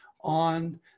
on